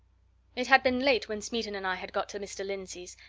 it had been late when smeaton and i had got to mr. lindsey's,